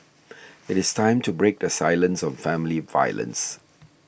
it is time to break the silence on family violence